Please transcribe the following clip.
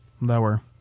Lower